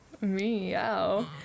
Meow